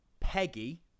peggy